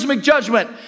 judgment